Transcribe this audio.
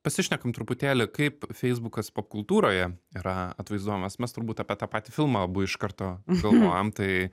pasišnekam truputėlį kaip feisbukas popkultūroje yra atvaizduojamas mes turbūt apie tą patį filmą abu iš karto galvojam tai